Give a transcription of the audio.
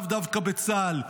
לאו דווקא בצה"ל.